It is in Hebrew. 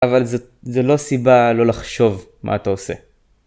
אבל זה לא סיבה לא לחשוב מה אתה עושה.